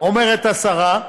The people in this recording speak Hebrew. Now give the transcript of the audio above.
אומרת השרה,